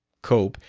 cope,